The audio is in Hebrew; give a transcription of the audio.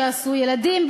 שעשו ילדים,